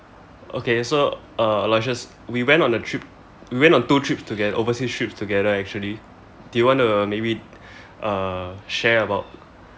okay so uh aloysius we went on a trip we went on two trips together overseas trips together actually do you want to maybe uh share about